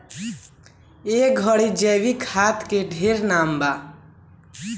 ए घड़ी जैविक खाद के ढेरे नाम बा